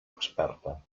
experta